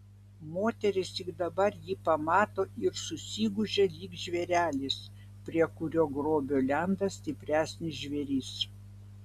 moteris tik dabar jį pamato ir susigūžia lyg žvėrelis prie kurio grobio lenda stipresnis žvėris